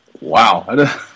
Wow